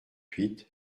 huit